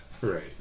right